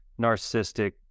narcissistic